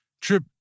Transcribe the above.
Trip